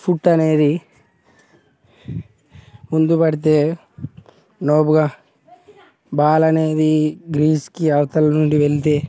foot అనేది ముందుపడితే నోబ్గా బాల్ అనేది గ్రీస్కి అవతలనుండి వెళితే